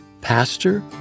pastor